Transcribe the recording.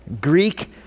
Greek